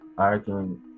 arguing